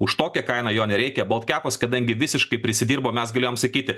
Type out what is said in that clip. už tokią kainą jo nereikia boltkepas kadangi visiškai prisidirbo mes galėjom sakyti